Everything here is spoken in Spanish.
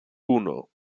uno